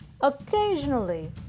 occasionally